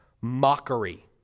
Mockery